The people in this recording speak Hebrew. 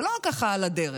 זה לא ככה על הדרך.